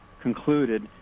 concluded